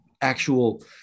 actual